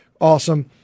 Awesome